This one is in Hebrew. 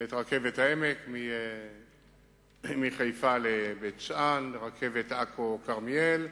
את רכבת העמק מחיפה לבית-שאן, את רכבת עכו כרמיאל,